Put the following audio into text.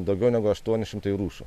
daugiau negu aštuoni šimtai rūšių